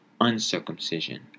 uncircumcision